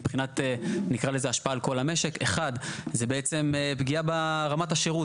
מבחינת נקרא לזה השפעה על כל המשק: פגיעה ברמת השירות.